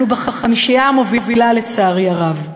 אנחנו בחמישייה המובילה, לצערי הרב.